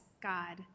God